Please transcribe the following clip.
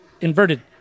inverted